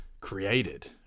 created